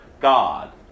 God